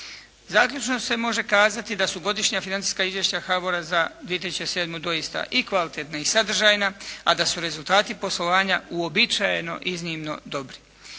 Zaključno se može kazati da su godišnja financijska izvješća HABOR-a za 2007. doista i kvalitetna i sadržajna a da su rezultati poslovanja uobičajeno, iznimno dobri.